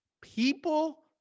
People